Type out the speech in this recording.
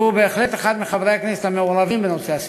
שהוא בהחלט אחד מחברי הכנסת המעורבים בנושא הסביבה,